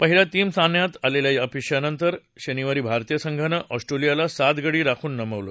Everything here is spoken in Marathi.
पहिल्या तीन सामन्यात आलेल्या अपयशानंतर शनिवारी भारतीय संघानं ऑस्ट्रेलियाला सात गडी राखून नमवलं